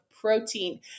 protein